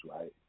right